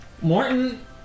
Morton